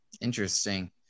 interesting